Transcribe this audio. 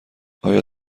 آیا